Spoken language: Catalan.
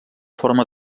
forma